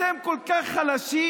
אתם כל כך חלשים?